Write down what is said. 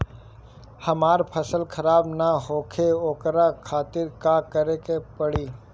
हमर फसल खराब न होखे ओकरा खातिर का करे के परी?